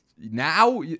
Now